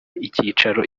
icyicaro